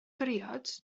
briod